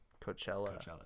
coachella